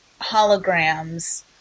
holograms